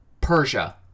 Persia